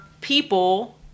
people